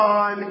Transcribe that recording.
on